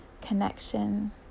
connection